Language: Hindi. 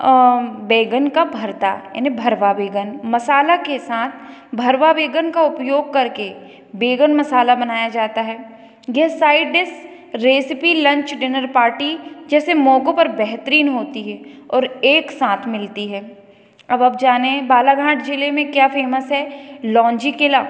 बैंगन का भर्ता यानि भरवा बैंगन मसाला के साथ भरवा बैंगन का उपयोग करके बैंगन मसाला बनाया जाता है यह side dish recipe lunch dinner party जैसे मौकों पर बेहतरीन होती है और एक साथ मिलती है अब जाने बालाघाट ज़िले में क्या फेमस है लांजी किला